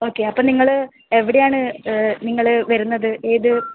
okay അപ്പം നിങ്ങള് എവിടെ ആണ് നിങ്ങള് വരുന്നത് ഏത്